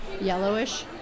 yellowish